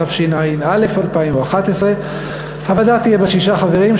התשע"א 2011. הוועדה תהיה בת שישה חברים,